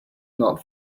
not